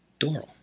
Doral